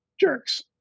jerks